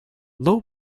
low